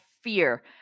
fear